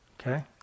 okay